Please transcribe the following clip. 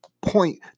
point